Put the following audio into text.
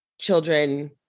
children